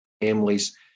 families